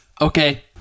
Okay